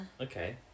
okay